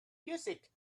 music